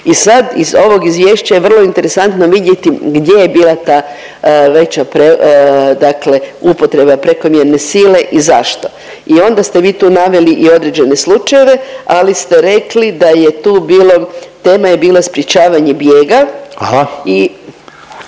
I sad iz ovog izvješća je vrlo interesantno vidjeti gdje je bila ta veća upotreba prekomjerne sile i zašto. I onda ste vi tu naveli i određene slučajeve, ali ste rekli da je tu bilo tema je bila sprečavanje bijega